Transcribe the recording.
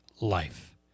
life